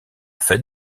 fête